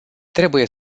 trebuie